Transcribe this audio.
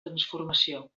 transformació